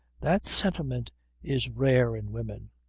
that sentiment is rare in women.